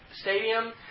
stadium